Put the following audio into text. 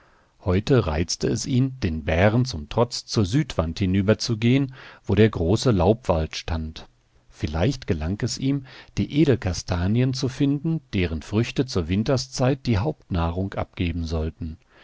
heute reizte es ihn den bären zum trotz zur südwand hinüberzugehen wo der große laubwald stand vielleicht gelang es ihm die edelkastanien zu finden deren früchte zur winterszeit die hauptnahrung abgeben sollten